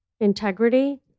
integrity